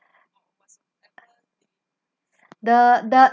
the the